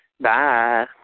Bye